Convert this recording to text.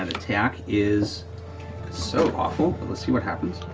attack is so awful. let's see what happens.